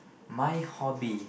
my hobby